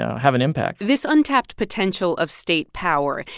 have an impact this untapped potential of state power,